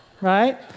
right